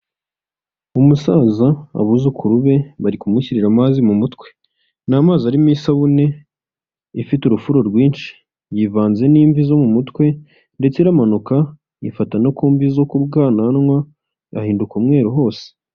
Umusaza abuzukuru be bari kumushyirira amazi mu mutwe, ni amazi arimo isabune ifite urufuro rwinshi, yivanze n'imvi zo mu mutwe ndetse iramanuka yifata no ku mvi zo ku bwananwa ahinduka umweru hose.